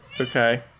okay